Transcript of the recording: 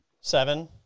seven